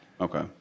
Okay